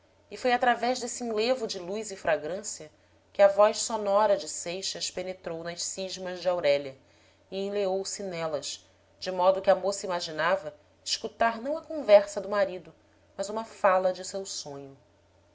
e foi através desse enlevo de luz e fragrância que a voz sonora de seixas penetrou nas cismas de aurélia e enleou se nelas de modo que a moça imaginava escutar não a conversa do marido mas uma fala de seu sonho